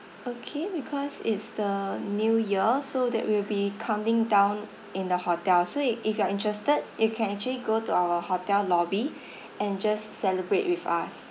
okay because it's the new year so that will be counting down in the hotel so if if you are interested you can actually go to our hotel lobby and just celebrate with us